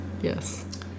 Yes